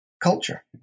culture